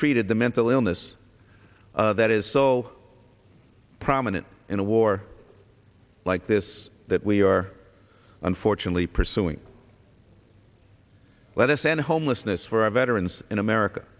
treated the mental illness that is so prominent in a war like this that we are unfortunately pursuing less and homelessness for our veterans in america